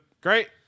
great